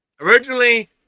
Originally